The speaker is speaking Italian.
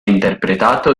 interpretato